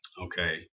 Okay